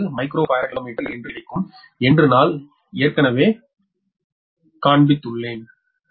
01216 microfarad per kilometre என்று கிடைக்கும் என்று நான் ஏற்கனவே நான் காண்பித்துள்ளான்